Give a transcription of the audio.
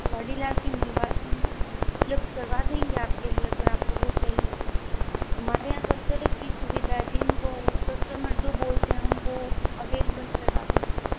वाडीलाल की मिलवा उपलब्ध करवा देंगे आप के लिए अगर आप को वो चाहिए तो हमारे यहाँ सब तरह की सुविधा है जिन को हो कस्टमर जो बोलते हैं हम वो अवेलेबल करवा देते हैं